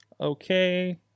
okay